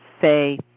Say